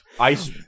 Ice